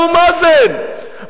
אבו מאזן,